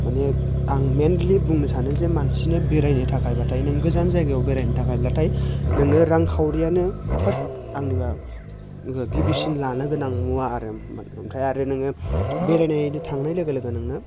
माने आं मेइनलि बुंनो सानो जे मानसिनो बेरायनो थाखायब्लाथाय नों गोजान जायगायाव बेरायनो थाखायब्लाथाय नोंनो रांखावरिआनो फार्स्ट आंनिबा गिबिसिन लानो गोनां मुवा आरो ओमफ्राय आरो नोङो बेरायनाय थांनाय लोगो लोगो नोंनो